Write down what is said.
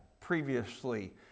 previously